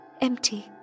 empty